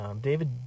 David